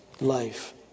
life